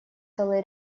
целый